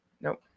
nope